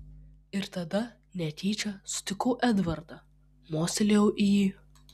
ir tada netyčia sutikau edvardą mostelėjau į jį